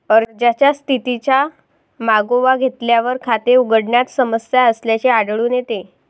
अर्जाच्या स्थितीचा मागोवा घेतल्यावर, खाते उघडण्यात समस्या असल्याचे आढळून येते